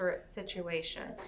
situation